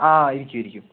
ആ ഇരിക്കു ഇരിക്കു